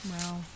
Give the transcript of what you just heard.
Wow